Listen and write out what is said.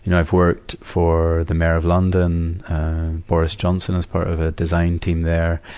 you know i've worked for the mayor of london, and boris johnson is part of a design team there.